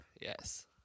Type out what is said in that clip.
Yes